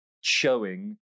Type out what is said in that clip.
showing